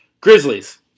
Grizzlies